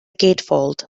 gatefold